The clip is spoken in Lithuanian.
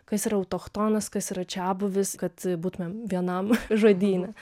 kas yra autochtonas kas yra čiabuvis kad būtumėm vienam žodyne